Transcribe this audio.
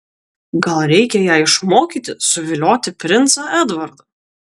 gal reikia ją išmokyti suvilioti princą edvardą